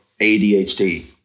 ADHD